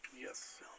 Yes